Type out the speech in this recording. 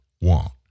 want